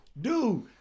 dude